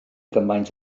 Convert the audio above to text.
gymaint